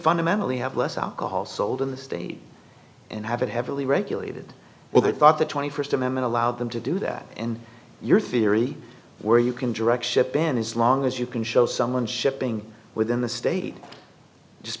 fundamentally have less alcohol sold in the state and have it heavily regulated well they thought the st amendment allowed them to do that and your theory where you can direct ship ban is long as you can show someone shipping within the state just